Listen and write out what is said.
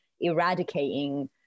eradicating